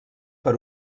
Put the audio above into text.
per